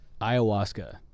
Ayahuasca